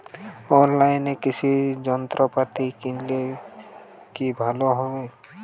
অনলাইনে কৃষি যন্ত্রপাতি কিনলে কি ভালো হবে?